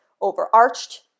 overarched